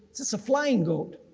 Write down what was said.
it's it's a flying goat